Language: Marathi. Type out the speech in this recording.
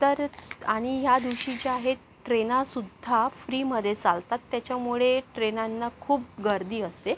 तर आणि ह्या दिवशी ज्या आहेत ट्रेनासुद्धा फ्रीमध्ये चालतात त्याच्यामुळे ट्रेनांना खूप गर्दी असते